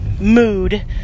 mood